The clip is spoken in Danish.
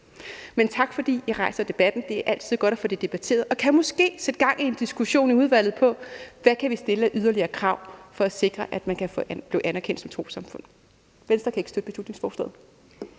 på. Tak, fordi I rejser debatten. Det er altid godt at få det debatteret, og det kan måske sætte gang i en diskussion i udvalget om, hvad vi kan stille af yderligere krav for at sikre, at man kan blive anerkendt som trossamfund. Venstre kan ikke støtte beslutningsforslaget.